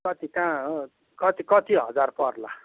कति कहाँ कति कति हजार पर्ला